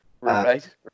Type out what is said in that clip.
Right